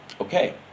Okay